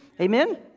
Amen